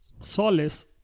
solace